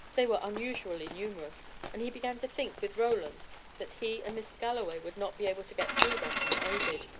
they were unusually numerous, and he began to think with roland that he and mr. galloway would not be able to get through them unaided.